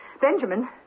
Benjamin